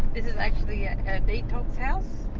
this is actually a detox house,